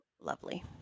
lovely